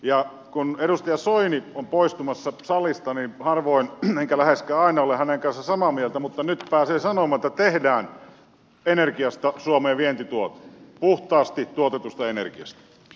ja kun edustaja soini on poistumassa salista niin harvoin olen enkä läheskään aina ole hänen kanssaan samaa mieltä mutta nyt pääsee sanomaan että tehdään energiasta suomeen vientituote puhtaasti tuotetusta energiasta